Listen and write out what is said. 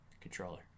controller